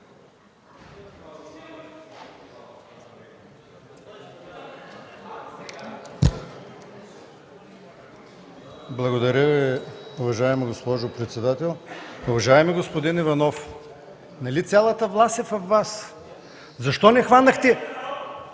Благодаря Ви, уважаема госпожо председател. Уважаеми господин Иванов, нали цялата власт е във Вас? (Реплика